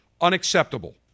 unacceptable